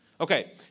Okay